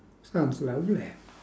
sounds lovely